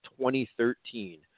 2013